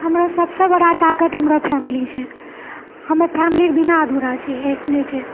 हमरा सबसँ बड़ा ताकत हमरा फैमिली छै हम फैमिली बिना अधूरा छै अइसने छै